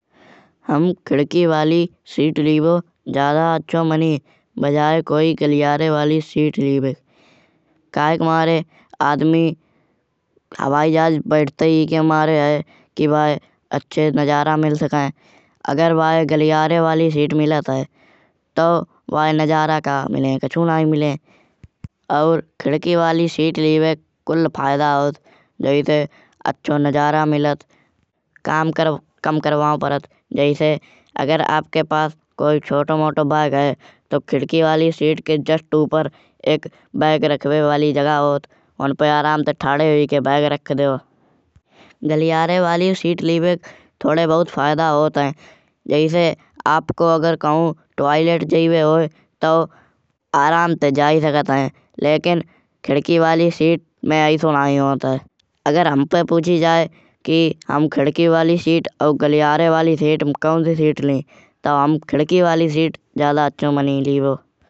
हम खिड़की वाली सीट लिवो ज्यादा अच्छा मानीये। बजाये कोई गलियारे वाली सीट लिवे। काहे के मारे आदमी हवाई जहाज में बैठताई एके मारे है। कि वाए अच्छे नजारा मिल सके। अगर बाये गलियारे वाली सीट मिलत है। तऊ वाए नजारा का मिल्याहे कछु नाही मिल्याहे। और खिड़की वाली सीट लिबे कुल फायदा होत जैसे अच्छा नजारा मिलत। काम करौ कम करवाओ परत जैसे अगर आपके पास कोई छोटो मोटो बग है। तऊ खिड़की वाली सीट के जस्ट उपर एक बग रखिवे वाली जगह होत। उनपे आराम से ठाड़े हुई के बग रख देओ। गलियारे वाली सीट लिबे के थोड़े बहुत फायदा होत है। जैसे आपको अगर कहु टॉयलेट जाये होये ताऊ आराम से जाये सकत है। लेकिन खिड़की वाली सीट में आइसो नाई होत है। अगर हम पर पूछ्ची जाये कि हम खिड़की वाली सीट और गलियारे वाली सीट में कौन सी सीट ली। तऊ हम खिड़की वाली सीट ज्यादा अच्छा मानीये लिवो।